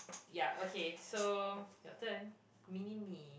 ya okay so your turn mini me